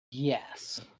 Yes